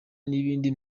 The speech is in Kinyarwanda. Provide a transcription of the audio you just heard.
n’ibindi